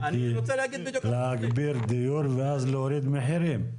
הוא להגביר דיור ואז להוריד מחירים.